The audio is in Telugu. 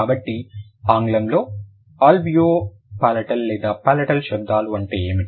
కాబట్టి ఆంగ్లంలో అల్వియోపలాటల్ లేదా పాలటల్ శబ్దాలు అంటే ఏమిటి